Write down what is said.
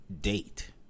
Date